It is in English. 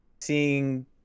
seeing